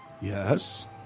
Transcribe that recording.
Yes